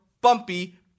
bumpy